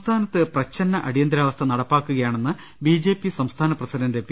സംസ്ഥാനത്ത് പ്രച്ഛന്ന അടിയന്തരാവസ്ഥ നടപ്പാക്കുകയാണെന്ന് ബിജെപി സംസ്ഥാന പ്രസിഡന്റ് പി